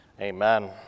Amen